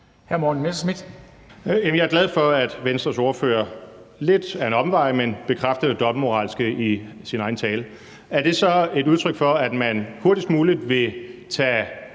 jeg er glad for, at Venstres ordfører – lidt ad en omvej – bekræftede det dobbeltmoralske i sin egen tale. Er det så et udtryk for, at man hurtigst muligt vil tage